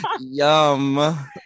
yum